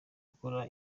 akora